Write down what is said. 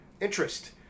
interest